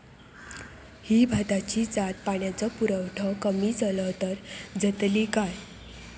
ही भाताची जात पाण्याचो पुरवठो कमी जलो तर जगतली काय?